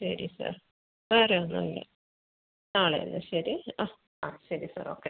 ശരി സാർ വേറെ ഒന്നും ഇല്ല നാളെ അല്ലേ ശരി ആ ആ ശരി സാർ ഓക്കെ